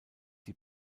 die